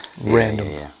random